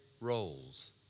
roles